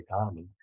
economy